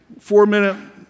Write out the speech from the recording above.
four-minute